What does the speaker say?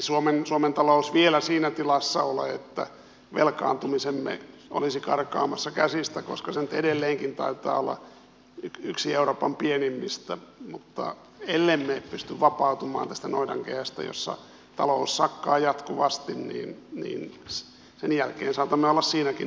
ei suomen talous vielä siinä tilassa ole että velkaantumisemme olisi karkaamassa käsistä koska se nyt edelleenkin taitaa olla yksi euroopan pienimmistä mutta ellemme pysty vapautumaan tästä noidankehästä jossa talous sakkaa jatkuvasti niin sen jälkeen saatamme olla siinäkin tilanteessa